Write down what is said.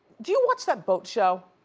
do you watch that boat show?